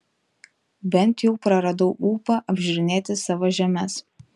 bent jau praradau ūpą apžiūrinėti savo žemes